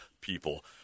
people